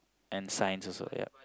and science also ya